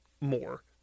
more